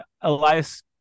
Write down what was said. Elias